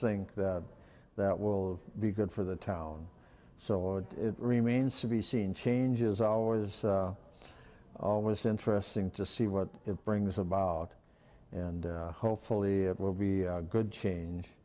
think that that will be good for the town so it remains to be seen changes always is always interesting to see what it brings about and hopefully it will be a good